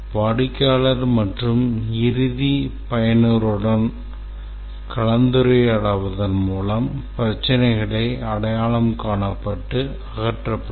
வாடிக்கையாளர் மற்றும் இறுதி பயனருடன் கலந்துரையாடுவதன் மூலம் பிரச்சினைகள் அடையாளம் காணப்பட்டு அகற்றப்படும்